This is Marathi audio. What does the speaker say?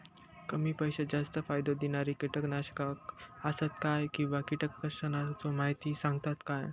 कमी पैशात जास्त फायदो दिणारी किटकनाशके आसत काय किंवा कीटकनाशकाचो माहिती सांगतात काय?